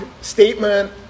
statement